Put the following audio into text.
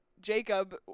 Jacob